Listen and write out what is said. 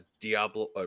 Diablo